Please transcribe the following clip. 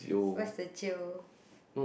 where's the jio